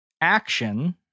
action